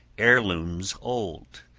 heirlooms old,